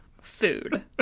food